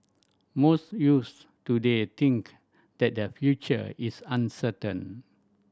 most youths today think that their future is uncertain